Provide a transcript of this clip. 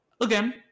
again